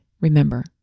Remember